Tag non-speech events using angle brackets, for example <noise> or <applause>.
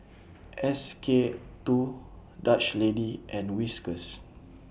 <noise> S K two Dutch Lady and Whiskas